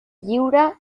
lliure